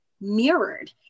mirrored